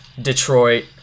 Detroit